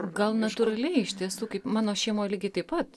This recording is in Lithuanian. gal natūraliai iš tiesų kaip mano šeimoj lygiai taip pat